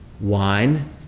wine